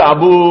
Abu